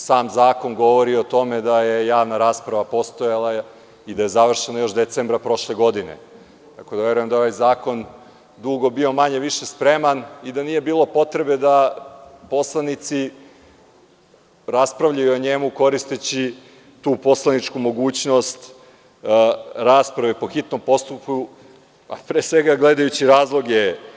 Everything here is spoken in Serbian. Sam zakon govori o tome da je javna rasprava postojala i da je završena još decembra prošle godine, tako da verujem da je ovaj zakon dugo bio manje-više spreman i da nije bilo potrebe da poslanici raspravljaju o njemu, koristeći tu poslaničku mogućnost rasprave po hitnom postupku, pre svega gledajući razloge.